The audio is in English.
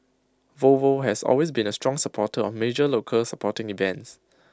Volvo has always been A strong supporter of major local sporting events